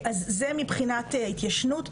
אז זה מבחינת התיישנות,